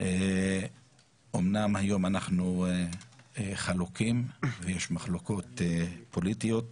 אומנם היום אנחנו חלוקים ויש מחלוקות פוליטיות,